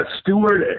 steward